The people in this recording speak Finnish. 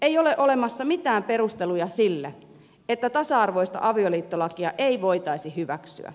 ei ole olemassa mitään perusteluja sille että tasa arvoista avioliittolakia ei voitaisi hyväksyä